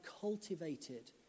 cultivated